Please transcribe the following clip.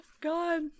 God